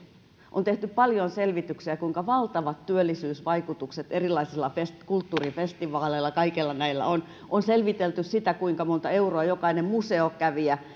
on tehty paljon selvityksiä siitä kuinka valtavat työllisyysvaikutukset erilaisilla kulttuurifestivaaleilla kaikilla näillä on on selvitelty sitä kuinka monta euroa jokainen museokävijä